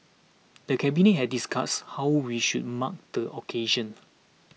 the cabinet had discussed how we should mark the occasion